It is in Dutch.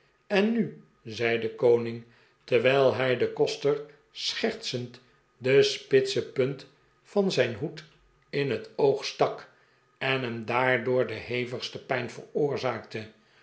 en nu zei de koning terwijl hij den koster schertsend de spitse punt van zijn hoed in het oog stak en hem daardoor de hevigste pijn veroorzaakte